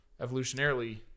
evolutionarily